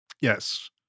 Yes